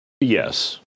yes